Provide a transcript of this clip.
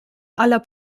aller